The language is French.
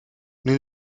nous